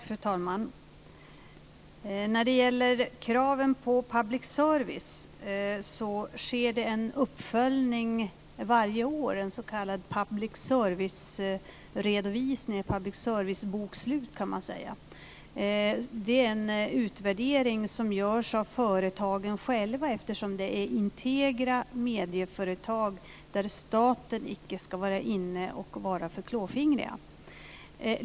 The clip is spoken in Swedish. Fru talman! När det gäller kraven på public service görs det en uppföljning varje år - ett public service-bokslut, kan man säga. Det är en utvärdering som görs av företagen själva, eftersom detta är integra medieföretag där staten icke ska gå in och vara för klåfingrig.